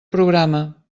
programa